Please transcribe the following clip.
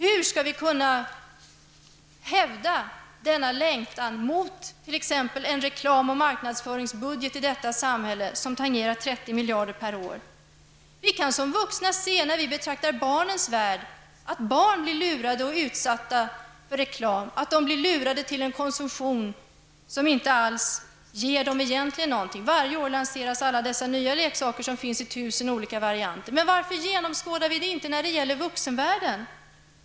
Hur skall vi kunna hävda denna längtan mot t.ex. en reklam och marknadsföringsbudget som i detta samhälle tangerar 30 miljarder per år? Vi kan som vuxna, när vi betraktar barnens värld, se att barnen blir utsatta för reklam och lurade till en konsumtion som egentligen inte ger dem någonting. Varje år lanseras nya leksaker som finns i tusentals olika varianter. Men varför genomskådar vi det inte när det gäller vuxenvärlden?